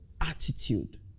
attitude